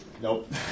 Nope